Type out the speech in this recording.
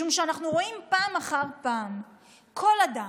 משום שאנחנו רואים פעם אחר פעם שלכל אדם,